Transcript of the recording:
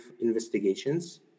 investigations